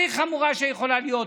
הכי חמורה שיכולה להיות.